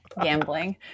gambling